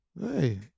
Hey